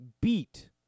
beat